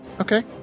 Okay